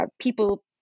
people